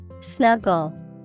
Snuggle